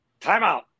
timeout